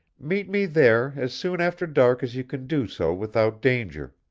meet me there as soon after dark as you can do so without danger.